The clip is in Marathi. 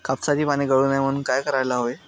कापसाची पाने गळू नये म्हणून काय करायला हवे?